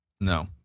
No